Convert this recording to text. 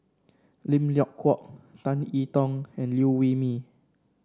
Lim Leong Geok Tan I Tong and Liew Wee Mee